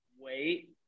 wait